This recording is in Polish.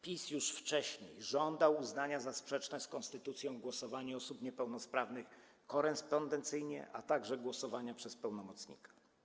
PiS już wcześniej żądał uznania za sprzeczne z konstytucją głosowania osób niepełnosprawnych korespondencyjnie, a także głosowania przez pełnomocnika.